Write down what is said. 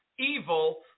evil